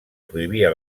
prohibia